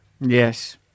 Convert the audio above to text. Yes